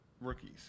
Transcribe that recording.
rookies